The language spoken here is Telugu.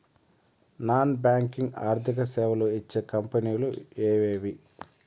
నాన్ బ్యాంకింగ్ ఆర్థిక సేవలు ఇచ్చే కంపెని లు ఎవేవి?